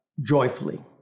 joyfully